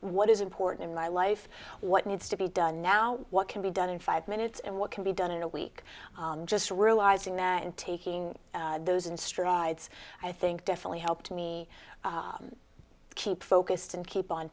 what is important in my life what needs to be done now what can be done in five minutes and what can be done in a week just realizing that and taking those in strides i think definitely helped me keep focused and keep on